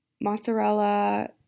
mozzarella